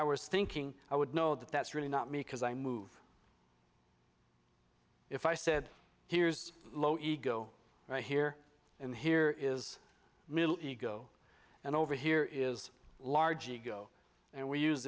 i was thinking i would know that that's really not me because i move if i said here's low ego right here and here is middle ego and over here is a large ego and we use